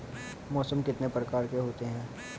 मौसम कितने प्रकार के होते हैं?